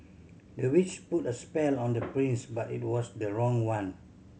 the witch put a spell on the prince but it was the wrong one